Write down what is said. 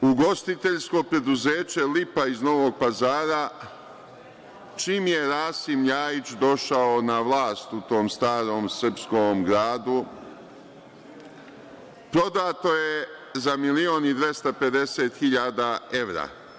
Ugostiteljsko preduzeće „Lipa“ iz Novog Pazara čim je Rasim Ljajić došao na vlast u tom starom srpskog gradu, prodato je za 1.250.000 evra.